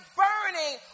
burning